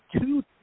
two